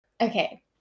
Okay